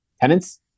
tenants